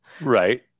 right